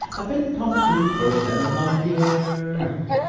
have been tom's food for seven long year.